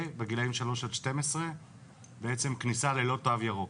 בגילאים שלוש עד 12 כניסה ללא תו ירוק.